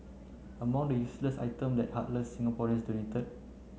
among the useless items that heartless Singaporeans donated